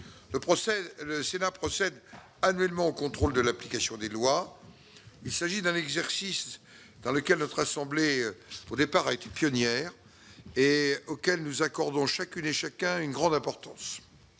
Le Sénat procède annuellement au contrôle de l'application des lois. C'est un exercice dans lequel notre assemblée a été pionnière, et auquel nous accordons, chacune et chacun, une grande importance